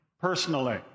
personally